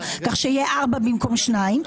כך שיהיה ארבעה במקום שניים,